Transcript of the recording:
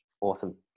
awesome